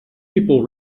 people